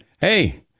hey